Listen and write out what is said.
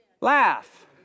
Laugh